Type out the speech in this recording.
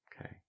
Okay